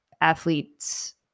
athletes